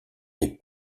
des